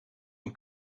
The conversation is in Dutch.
een